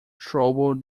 trouble